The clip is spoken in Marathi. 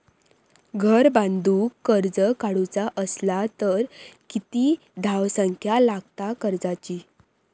घर बांधूक कर्ज काढूचा असला तर किती धावसंख्या लागता कर्जाची?